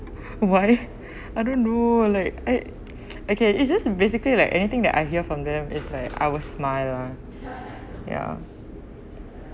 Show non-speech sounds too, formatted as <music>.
<breath> why <breath> I don't know like I <noise> okay it's just basically like anything that I hear from them is like I will smile lah ya